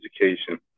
education